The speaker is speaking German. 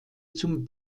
zum